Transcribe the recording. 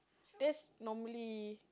that's normally